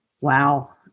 Wow